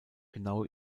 genaue